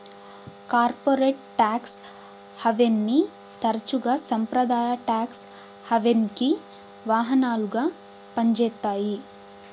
corporate tax హావెన్ని తరచుగా సంప్రదాయ టాక్స్ హావెన్కి వాహనాలుగా పంజేత్తాయి